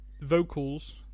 vocals